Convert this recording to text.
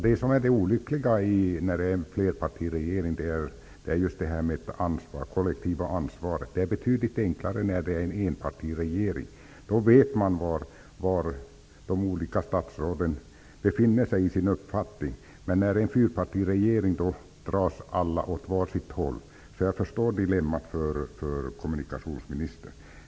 Herr talman! Det olyckliga med en flerpartiregering är just det kollektiva ansvaret. Det är betydligt enklare med en enpartiregering. Då vet man var de olika statsråden befinner sig i fråga om sin uppfattning, men i en fyrpartiregering drar alla åt var sitt håll. Jag förstår dilemmat för kommunikationsministern.